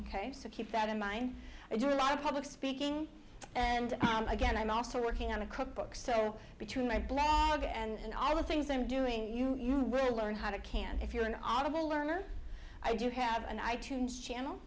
so keep that in mind i do a lot of public speaking and again i'm also working on a cookbook so between my blog and all the things i'm doing you really learn how to can if you're an audible learner i do have an i tunes channel